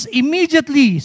immediately